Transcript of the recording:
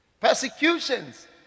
Persecutions